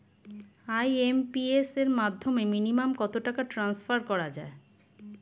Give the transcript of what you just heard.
IMPS এর মাধ্যমে minimum কত টাকা ট্রান্সফার করা যায়?